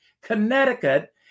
Connecticut